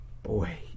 Boy